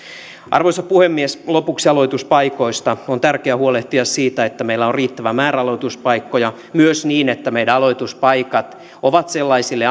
arvoisa puhemies lopuksi aloituspaikoista on tärkeää huolehtia siitä että meillä on riittävä määrä aloituspaikkoja myös niin että meidän aloituspaikat ovat sellaisille